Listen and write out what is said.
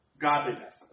godliness